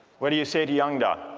what do you say to youngda?